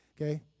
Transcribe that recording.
Okay